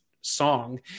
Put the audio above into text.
Song